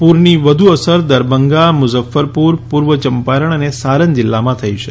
પૂરની વધુ અસર દરભંગા મુઝફ્ફરપુર પૂર્વ ચંપારણ અને સારન જિલ્લામાં થઈ છે